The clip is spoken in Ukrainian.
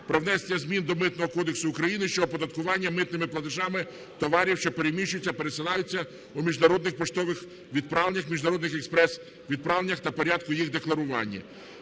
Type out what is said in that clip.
"Про внесення змін до Митного кодексу України (щодо оподаткування митними платежами товарів, що переміщуються (пересилаються) у міжнародних поштових відправленнях, міжнародних експрес-відправленнях та порядку їх декларування)".